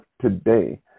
today